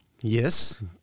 yes